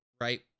right